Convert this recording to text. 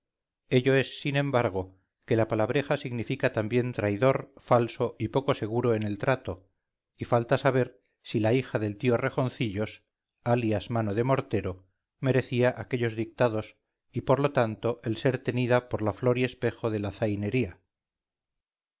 ello es sin embargo que la palabreja significa también traidor falso y poco seguro en el trato y falta saber si la hija del tío rejoncillos alias mano de mortero merecía aquellos dictados y por lo tanto el ser tenida por la flor y espejo de la zainería